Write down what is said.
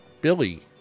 Billy